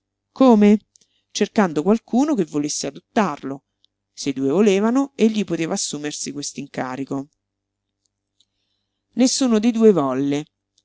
come cercando qualcuno che volesse adottarlo se i due volevano egli poteva assumersi quest'incarico nessuno dei due volle